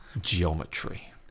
Geometry